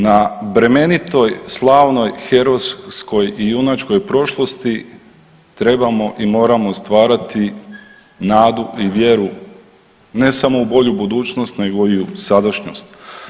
Na bremenitoj slavnoj herojskoj i junačkoj prošlosti trebamo i moramo stvarati nadu i vjeru ne samo u bolju budućnost nego i u sadašnjost.